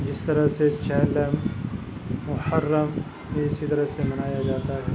جس طرح سے چہلم محرم اِسی طرح سے منایا جاتا ہے